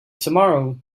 tomorrow